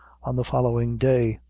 on the following day.